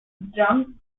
drunk